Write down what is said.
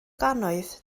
gannoedd